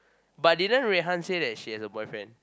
but didn't Rui-Han say that she has a boyfriend